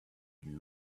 you